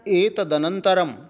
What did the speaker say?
एतदनन्तरं